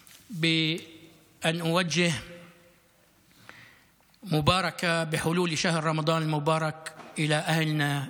אני אסיים את דבריי בכך שאני אפנה ברכה לרגל הרמדאן המבורך לאנשינו,